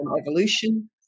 evolution